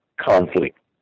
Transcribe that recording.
conflict